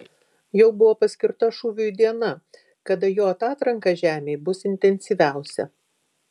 jau buvo paskirta šūviui diena kada jo atatranka žemei bus intensyviausia